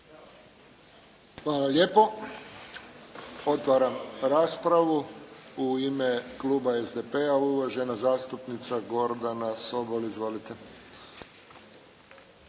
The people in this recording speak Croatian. lijepo. Otvaram raspravu. U ime kluba SDP-a, uvažena zastupnica Gordana Sobol. Izvolite.